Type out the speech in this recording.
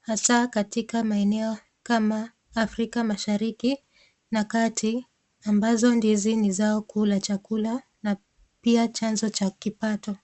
hasa katika maeneo kama Afrika Mashariki na Kati ambazo ndizi ni zao kula chakula na pia chanzo cha kipato.